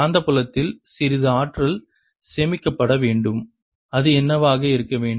காந்தப்புலத்தில் சிறிது ஆற்றல் சேமிக்கப்பட வேண்டும் அது என்னவாக இருக்க வேண்டும்